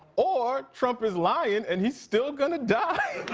or trump is lying and he's still going to die.